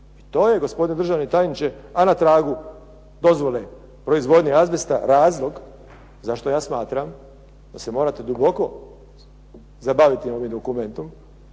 To je gospodine državni tajniče a na tragu dozvole proizvodnje azbesta razlog zašto ja smatram da se morate duboko zabaviti ovim dokumentom